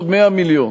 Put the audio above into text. חברי הכנסת,